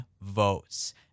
votes